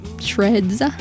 shreds